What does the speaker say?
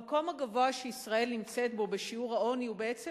המקום הגבוה שישראל נמצאת בו בשיעור העוני הוא בעצם